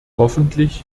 hoffentlich